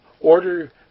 order